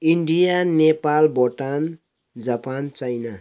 India Nepal Bhutan Japan China